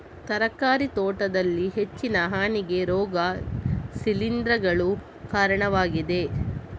ತರಕಾರಿ ತೋಟದಲ್ಲಿ ಹೆಚ್ಚಿನ ಹಾನಿಗೆ ರೋಗ ಶಿಲೀಂಧ್ರಗಳು ಕಾರಣವಾಗಿವೆ